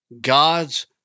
God's